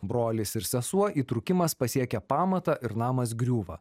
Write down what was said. brolis ir sesuo įtrūkimas pasiekia pamatą ir namas griūva